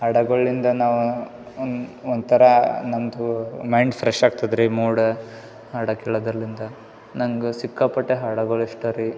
ಹಾಡಗಳಿಂದ ನಾವು ಒಂದು ಒಂಥರ ನಮ್ಮದು ಮೈಂಡ್ ಫ್ರೆಶ್ ಆಗ್ತದೆ ರೀ ಮೂಡ ಹಾಡು ಕೆಳದ್ರಲಿಂದ ನಂಗೆ ಸಿಕ್ಕಾಪಟ್ಟೆ ಹಾಡಗಳು ಇಷ್ಟ ರೀ